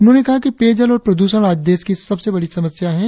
उन्होंने कहा कि पेयजल और प्रदूषण आज देश की सबसे बड़ी समस्याए है